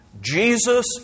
Jesus